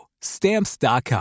Stamps.com